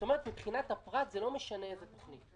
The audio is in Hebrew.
זאת אומרת, מבחינת הפרט לא משנה איזו תוכנית.